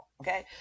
okay